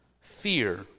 fear